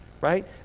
right